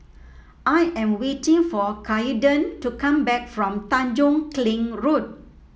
I am waiting for Kaiden to come back from Tanjong Kling Road